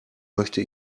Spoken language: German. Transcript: möchte